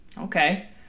Okay